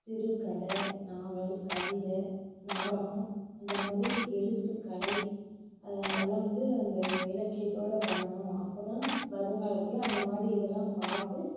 சிறுக்கதை நாவல் கவிதை நாடகம் இந்த மாதிரி எழுத்துக்கலை அதெலாம் வந்து அந்த இலக்கியத்தோட வரணும் அப்போ தான் வருங்காலத்தில் அந்த மாதிரி இதெல்லாம் பார்த்து